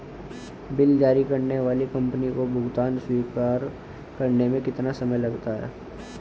Bill जारी करने वाली कंपनी को भुगतान स्वीकार करने में कितना समय लगेगा?